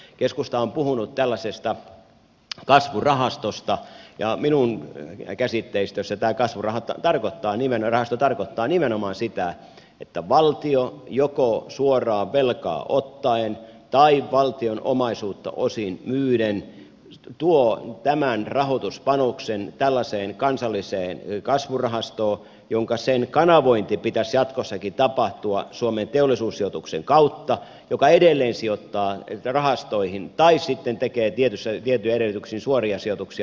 keskusta on puhunut tällaisesta kasvurahastosta ja minun käsitteistössäni tämä kasvurahasto tarkoittaa nimenomaan sitä että valtio joko suoraan velkaa ottaen tai valtion omaisuutta osin myyden tuo tämän rahoituspanoksen tällaiseen kansalliseen kasvurahastoon jonka kanavoinnin pitäisi jatkossakin tapahtua suomen teollisuussijoituksen kautta joka edelleen sijoittaa rahastoihin tai sitten tekee tietyin edellytyksin suoria sijoituksia